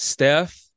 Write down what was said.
Steph